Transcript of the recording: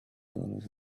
dollars